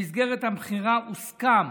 במסגרת המכירה הוסכם